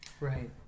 Right